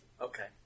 Okay